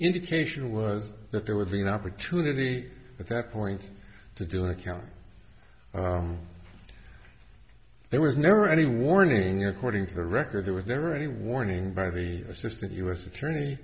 indication was that there would be an opportunity at that point to do a count there was never any warning according to the record there was never any warning by the assistant u s attorney